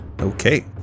okay